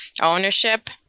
ownership